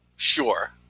sure